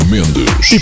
Mendes